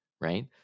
right